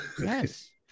yes